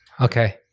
Okay